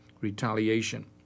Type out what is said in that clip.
Retaliation